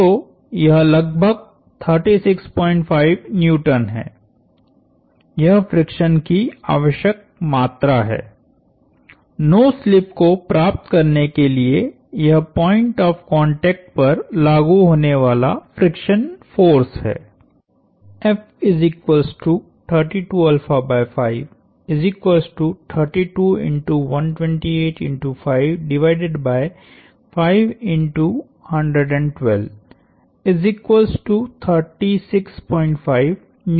तो यह लगभग 365N है यह फ्रिक्शन की आवश्यक मात्रा है नो स्लिप को प्राप्त करने के लिए यह पॉइंट ऑफ़ कांटेक्ट पर लागु होने वाला फ्रिक्शन फोर्स है